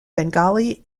bengali